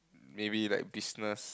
maybe like business